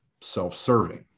self-serving